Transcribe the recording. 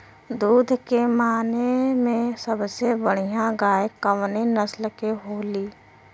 दुध के माने मे सबसे बढ़ियां गाय कवने नस्ल के होली?